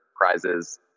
prizes